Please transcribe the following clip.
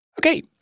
Okay